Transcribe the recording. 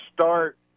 start